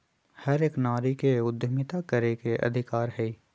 हर एक नारी के उद्यमिता करे के अधिकार हई